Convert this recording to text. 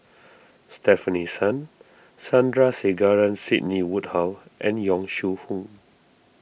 Stefanie Sun Sandrasegaran Sidney Woodhull and Yong Shu Hoong